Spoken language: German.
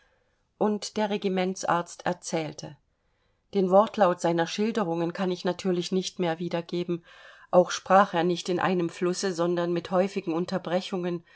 und der regimentsarzt erzählte den wortlaut seiner schilderungen kann ich natürlich nicht mehr wiedergeben auch sprach er nicht in einem flusse sondern mit häufigen unterbrechungen